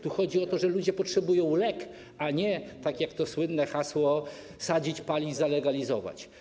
Tu chodzi o to, że ludzie potrzebują leku, a nie, tak jak mówi to słynne hasło, sadzić, palić, zalegalizować.